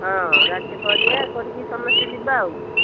ହଁ ଗାଡ଼ିଟେ କରିବା କରିକି ସମସ୍ତେ ଯିବା ଆଉ